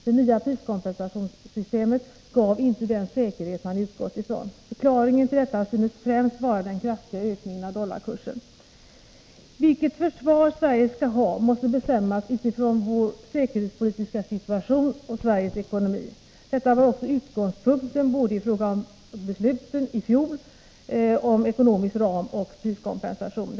Det nya priskompensationssystemet gav inte den säkerhet man utgått från. Förklaringen till detta synes främst vara den kraftiga ökningen av dollarkursen. Vilket försvar Sverige skall ha måste bestämmas utifrån vår säkerhetspolitiska situation och Sveriges ekonomi. Detta var också utgångspunkten i fråga om besluten i fjol om ekonomisk ram och priskompensation.